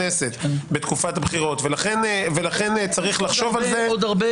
לכנסת לפי סעיף 9 או מיום היווצרות עילה לקיום